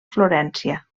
florència